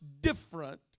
different